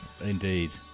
Indeed